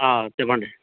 ఆ చెప్పండి